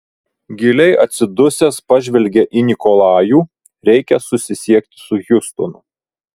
giliai atsidusęs pažvelgė į nikolajų reikia susisiekti su hjustonu